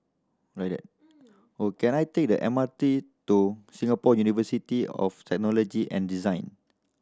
ready can I take the M R T to Singapore University of Technology and Design